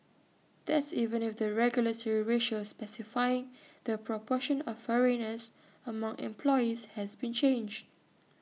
that's even if the regulatory ratio specifying the proportion of foreigners among employees has been changed